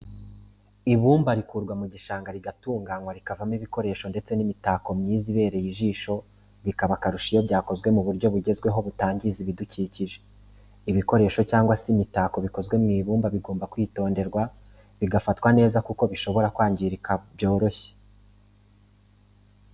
Ibumba rikurwa mu gishanga riratunganywa rikavamo ibikoresho ndetse n'imitako myiza ibereye ijisho bikaba akarusho iyo byakozwe mu buryo bugezweho butangiza ibidukikije. ibikoresho cyangwa se imitako bikozwe mu ibumba bigomba kwitonderwa bigafatwa neza kuko bishobora kwangirika byoroshye.